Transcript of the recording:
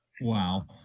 Wow